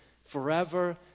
forever